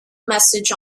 message